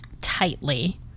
tightly